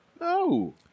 No